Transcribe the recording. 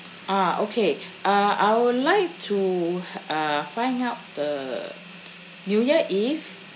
ah okay uh I would like to uh find out the new year eve